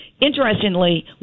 Interestingly